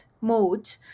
mode